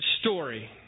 story